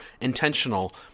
intentional